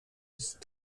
east